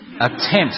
Attempt